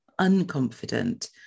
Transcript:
unconfident